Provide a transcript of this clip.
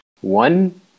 One